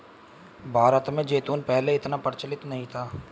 भारत में जैतून पहले इतना प्रचलित नहीं था